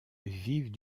vivent